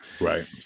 right